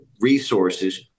resources